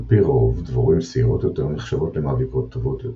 על-פי רוב דבורים שעירות יותר נחשבות למאביקות טובות יותר.